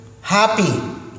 happy